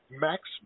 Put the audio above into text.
max